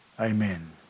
Amen